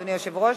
אדוני היושב-ראש,